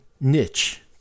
niche